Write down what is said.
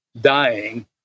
dying